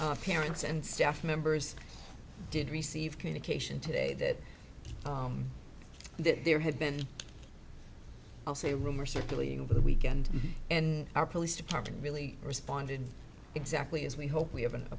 parents and staff members did receive communication today that there had been also a rumor circulating over the weekend and our police department really responded exactly as we hope we have a